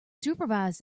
supervise